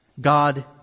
God